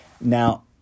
Now